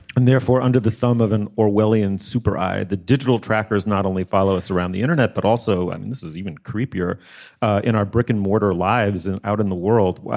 and therefore under the thumb of an orwellian super ai. the digital trackers not only follow us around the internet but also and and this is even creepier in our brick and mortar lives and out in the world.